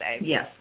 Yes